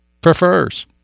prefers